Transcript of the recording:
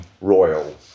royal